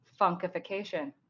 funkification